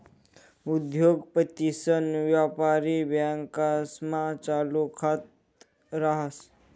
उद्योगपतीसन व्यापारी बँकास्मा चालू खात रास